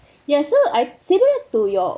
ya so I similar to your